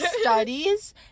studies